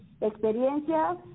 experiencias